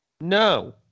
No